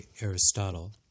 Aristotle